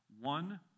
One